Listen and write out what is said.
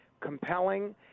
compelling